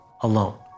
alone